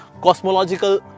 cosmological